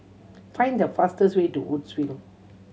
find the fastest way to Woodsville